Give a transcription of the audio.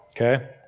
okay